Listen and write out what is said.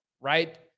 right